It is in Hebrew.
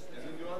איזה ניואנסים?